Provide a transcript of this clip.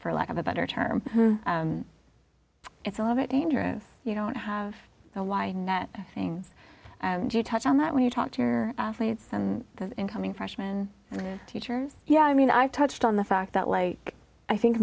for lack of a better term it's a little bit dangerous you don't have a y net things and you touched on that when you talk to your athletes and the incoming freshman teachers yeah i mean i touched on the fact that like i think